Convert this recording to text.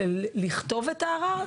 לכתוב את הערר?